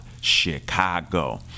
Chicago